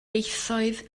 ieithoedd